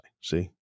See